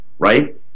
Right